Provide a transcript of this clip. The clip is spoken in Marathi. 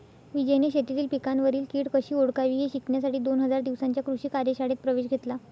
विजयने शेतीतील पिकांवरील कीड कशी ओळखावी हे शिकण्यासाठी दोन दिवसांच्या कृषी कार्यशाळेत प्रवेश घेतला